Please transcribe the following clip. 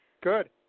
Good